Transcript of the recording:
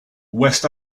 west